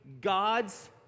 God's